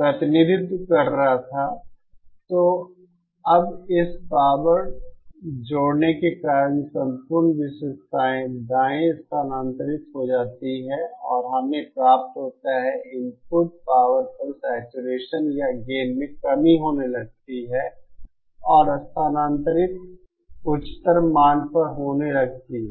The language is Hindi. प्रतिनिधित्व कर रहा था तो अब इस पावर जोड़ने के कारण संपूर्ण विशेषता दाये स्थानांतरित हो जाती है और हमें प्राप्त होता है इनपुट पावर पर सैचुरेशन या गेन में कमी होने लगती है और स्थानांतरित उच्चतर मान पर होने लगती है